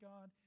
God